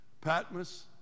Patmos